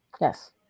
Yes